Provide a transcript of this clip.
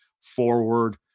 forward